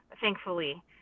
thankfully